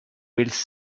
whilst